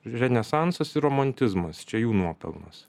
renesansas ir romantizmas čia jų nuopelnas